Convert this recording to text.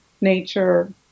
nature